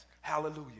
Hallelujah